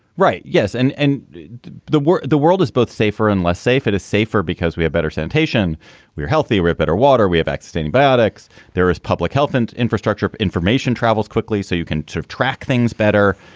right. yes. and and the word the world is both safer and less safe, it is safer because we have better sanitation. we we're healthy, rip it or water. we have extended biotics. there is public health and infrastructure. information travels quickly so you can sort of track things better.